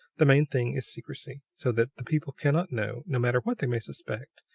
the main thing is secrecy so that the people cannot know, no matter what they may suspect,